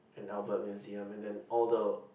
in Albert Museum and then all the